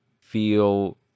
feel